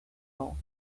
all